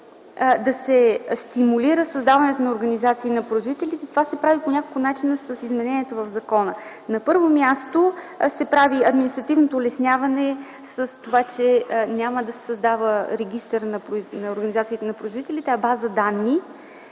да се стимулира създаването на организации на производителите. Това се прави по няколко начина с изменението в закона. На първо място се прави административното улесняване с това, че няма да се създава регистър на организациите на производителите, а база данни,